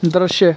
दृश्य